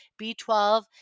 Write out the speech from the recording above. B12